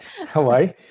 Hawaii